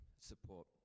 support